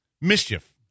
mischief